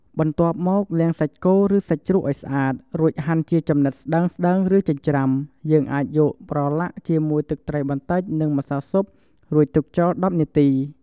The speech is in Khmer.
បន្ទាប់មកលាងសាច់គោឬសាច់ជ្រូកឱ្យស្អាត រួចហាន់ជាចំណិតស្ដើងៗឬចិញ្ច្រាំ យើងអាចយកប្រឡាក់ជាមួយទឹកត្រីបន្តិចនិងម្សៅស៊ុប រួចទុកចោល ១០ នាទី។